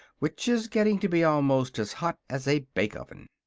which is getting to be almost as hot as a bake-oven.